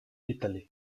italy